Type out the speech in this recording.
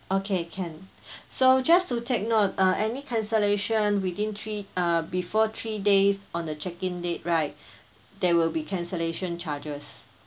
okay can so just to take note uh any cancellation within three uh before three days on the check in date right there will be cancellation charges